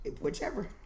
Whichever